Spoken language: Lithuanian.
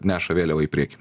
neša vėliavą į priekį